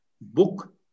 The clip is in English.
book